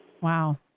Wow